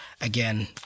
again